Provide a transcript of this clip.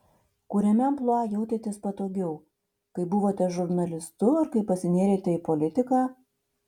kuriame amplua jautėtės patogiau kai buvote žurnalistu ar kai pasinėrėte į politiką